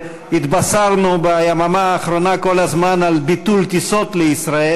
התבשרנו ביממה האחרונה כל הזמן על ביטול טיסות לישראל,